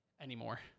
anymore